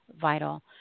vital